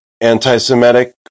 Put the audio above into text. anti-semitic